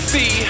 See